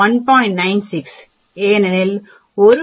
96 ஏனெனில் ஒரு பக்கம் 0